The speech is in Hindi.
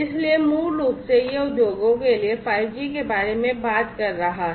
इसलिए मूल रूप से यह उद्योगों के लिए 5 जी के बारे में बात कर रहा है